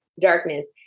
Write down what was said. darkness